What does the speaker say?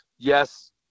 Yes